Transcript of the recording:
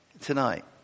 Tonight